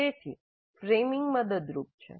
તેથી ફ્રેમિંગ મદદરૂપ છે